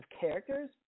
characters